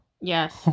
Yes